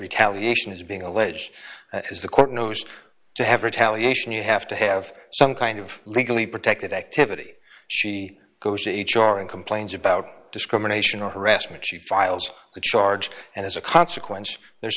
retaliation is being alleged is the court knows to have retaliation you have to have some kind of legally protected activity she goes to h r and complains about discrimination or harassment she files the charge and as a consequence there's